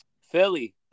Philly